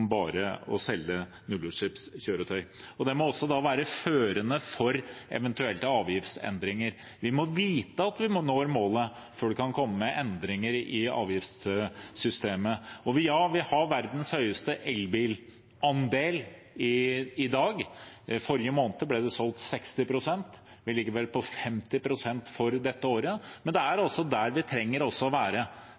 bare å selge nullutslippskjøretøy. Det må også være førende for eventuelle avgiftsendringer. Vi må vite at vi når målet før vi kan komme med endringer i avgiftssystemet. Vi har verdens høyeste elbilandel i dag. Forrige måned ble andelen solgte 60 pst., vi ligger vel på 50 pst. for dette året. Men det er